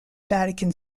vatican